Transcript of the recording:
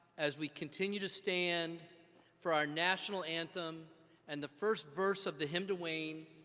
as we continue to stand for our national anthem and the first verse of the hymn to wayne,